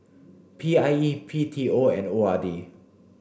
P I E B T O and O R D